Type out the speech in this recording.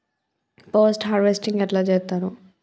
Post harvesting ఎట్ల చేత్తరు?